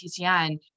TCN